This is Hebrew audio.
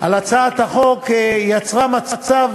על הצעת החוק יצרה מצב